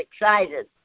excited